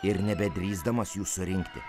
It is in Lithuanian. ir nebedrįsdamas jų surinkti